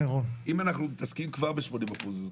אם אנחנו מתעסקים כבר ב-80%.